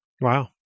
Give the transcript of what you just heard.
Wow